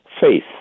faith